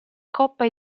coppa